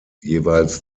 jeweils